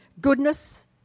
Goodness